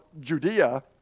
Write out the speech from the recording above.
Judea